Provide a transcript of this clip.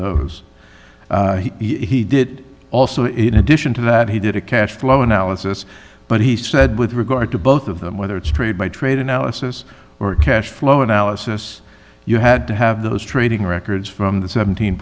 those he did also in addition to that he did a cash flow analysis but he said with regard to both of them whether it's trade by trade analysis or cash flow analysis you had to have those trading records from the seventeen